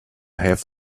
have